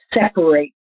separate